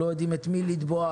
לא יודעות את מי לתבוע,